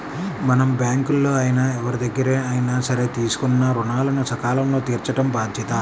మనం బ్యేంకుల్లో అయినా ఎవరిదగ్గరైనా సరే తీసుకున్న రుణాలను సకాలంలో తీర్చటం బాధ్యత